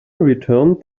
returned